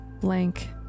Blank